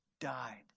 died